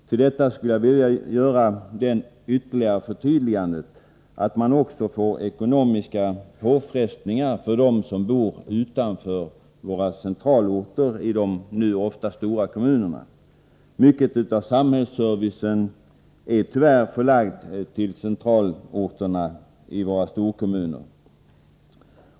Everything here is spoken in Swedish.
Till detta skulle jag vilja göra det ytterligare förtydligandet att det också blir ekonomiska påfrestningar för dem som bor utanför våra centralorter i de numera ofta stora kommunerna. Mycket av samhällsservicen är tyvärr förlagd till centralorterna i våra storkommuner.